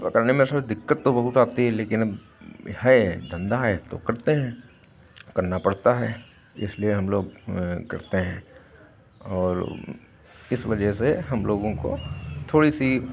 वो उतारने में उसमें दिक्कत तो बहुत आती है लेकिन अब है धंधा है तो करते हैं करना पड़ता है इसलिए हम लोग करते हैं और इस वजह से हम लोगों को थोड़ी सी